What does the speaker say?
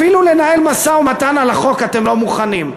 אפילו לנהל משא-ומתן אתם לא מוכנים.